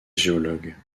géologue